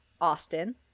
Austin